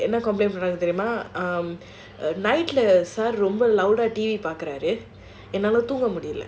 இன்னும் கொஞ்சம் என்னனு தெரியுமாமேல சுவரில் ரொம்ப பாக்குறாரு என்னால நகர்த்தவே முடில:innum konjam ennaanu theriyumaa mela suvaril romba paakuraarunu ennala nagarthavae mudiyala